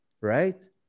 right